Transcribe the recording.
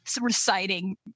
reciting